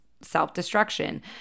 self-destruction